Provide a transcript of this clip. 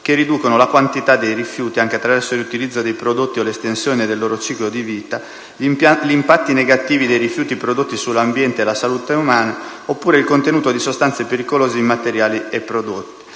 che riducono la quantità dei rifiuti, anche attraverso il riutilizzo dei prodotti o l'estensione del loro ciclo di vita, gli impatti negativi dei rifiuti prodotti sull'ambiente e la salute umana, oppure il contenuto di sostanze pericolose in materiali e prodotti».